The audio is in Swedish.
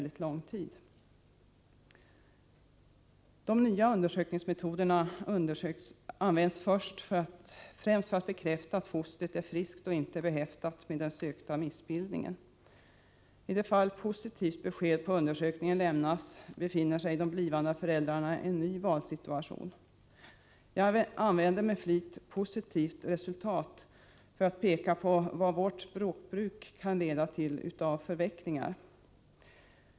De nya undersökningsmetoderna används främst för att bekräfta att fostret är friskt och inte behäftat med en sökt missbildning. I de fall besked om positivt resultat av undersökningen lämnas, befinner sig de blivande föräldrarna i en ny valsituation. Jag använder med flit uttrycket ”positivt resultat” för att peka på de förvecklingar vårt språkbruk kan leda till.